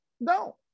no